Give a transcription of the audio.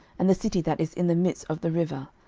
and the city that is in the midst of the river,